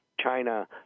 China